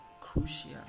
crucial